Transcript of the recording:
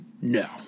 No